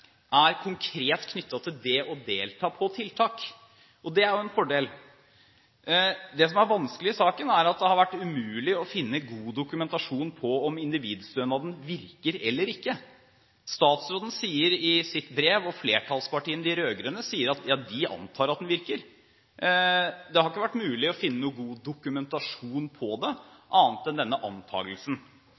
er konkret knyttet til det å delta i tiltak. Og det er jo en fordel. Det som er vanskelig i saken, er at det har vært umulig å finne god dokumentasjon på om individstønaden virker eller ikke. Statsråden sier i sitt brev, og flertallspartiene, de rød-grønne, sier at ja, de antar at den virker. Det har ikke vært mulig å finne noen god dokumentasjon på det, annet enn denne